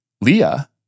Leah